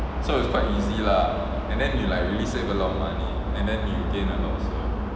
so it's quite easy lah and then you like really save a lot of money and then you gain a lot also